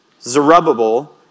Zerubbabel